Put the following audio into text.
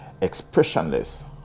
Expressionless